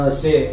say